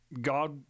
God